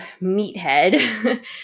meathead